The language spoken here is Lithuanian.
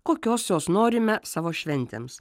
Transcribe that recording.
kokios jos norime savo šventėms